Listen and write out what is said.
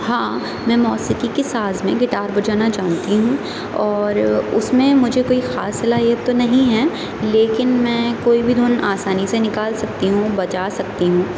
ہاں میں موسیقی کی ساز میں گٹار بجانا جانتی ہوں اور اس میں مجھے کوئی خاص صلاحیت تو نہیں ہے لیکن میں کوئی بھی دھن آسانی سے نکال سکتی ہوں بجا سکتی ہوں